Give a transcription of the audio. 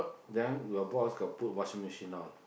then your boss got put washing machine all